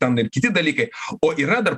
ten ir kiti dalykai o yra dar